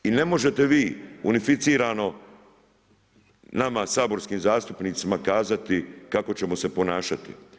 I ne možete vi unificirano, nama saborskim zastupnicima kazati kako ćemo se ponašati.